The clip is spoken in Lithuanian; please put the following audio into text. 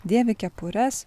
dėvi kepures